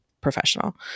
professional